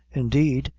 indeed,